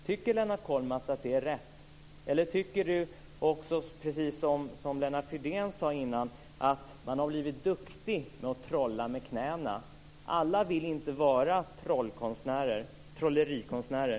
Tycker Lennart Kollmats att det är rätt, eller tycker Lennart Kollmats, precis som Lennart Fridén sade här tidigare, att man har blivit duktig på att trolla med knäna? Alla vill inte vara trollerikonstnärer.